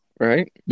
Right